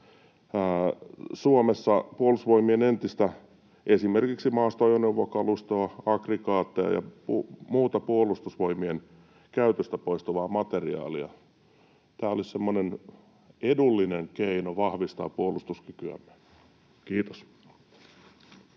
Suomessa Puolustusvoimien entistä esimerkiksi maastoajoneuvokalustoa, aggregaatteja ja muuta Puolustusvoimien käytöstä poistuvaa materiaalia? Tämä olisi semmoinen edullinen keino vahvistaa puolustuskykyämme. — Kiitos.